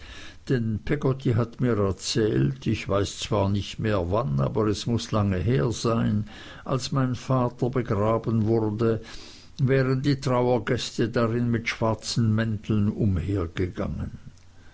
denn peggotty hat mir erzählt ich weiß zwar nicht mehr wann aber es muß lange her sein als mein vater begraben wurde wären die trauergäste drin mit schwarzen mänteln